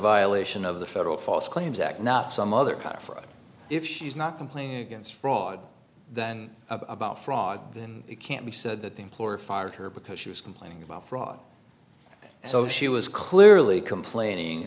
violation of the federal false claims act not some other kind of for if she's not complaining against fraud then about fraud then it can't be said that the employer fired her because she was complaining about fraud so she was clearly complaining